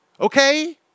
Okay